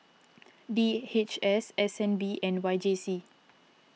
D H S S N B and Y J C